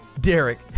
Derek